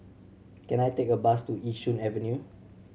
can I take a bus to Yishun Avenue